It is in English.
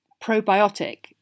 probiotic